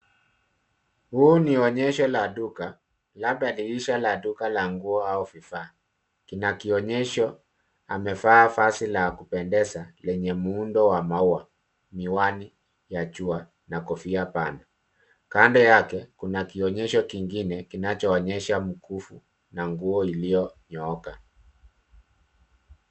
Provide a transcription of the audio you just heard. Huu ni onyesho la duka, Labda dirisha la duka la nguo au vifaa kuna kionyesho amevaa vazi la kupendeza lenye muundo wa Maua, miwani ya jua na kofia pana kando yake kuna kionyesho kingine kinachoonyesha mkufu na nguo iliyonyooka.